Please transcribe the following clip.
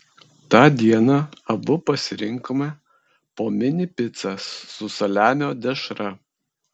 tą dieną abu pasirinkome po mini picą su saliamio dešra